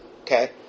Okay